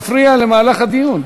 זה מפריע למהלך הדיון.